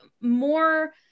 more